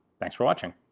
thanks for watching